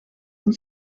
een